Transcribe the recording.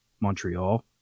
Montreal